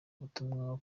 ubutumwa